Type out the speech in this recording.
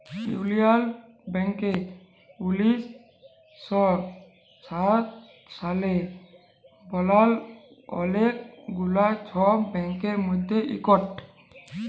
ইলডিয়াল ব্যাংক উনিশ শ সাত সালে বালাল অলেক গুলা ছব ব্যাংকের মধ্যে ইকট